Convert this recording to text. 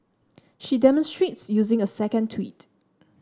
she demonstrates using a second tweet